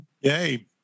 Yay